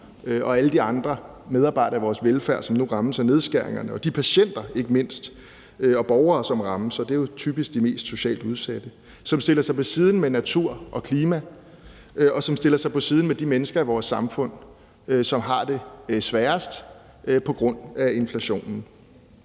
og alle de andre medarbejdere i vores velfærd, som nu rammes af nedskæringerne, og ikke mindst de patienter og borgere, som rammes, og det er jo typisk de mest socialt udsatte; som stiller sig på samme side som natur og klima; og som stiller sig på samme side som de mennesker i vores samfund, som har det sværest på grund af inflationen.